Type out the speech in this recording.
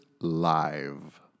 Live